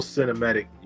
Cinematic